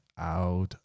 out